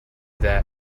that